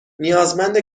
نیازمند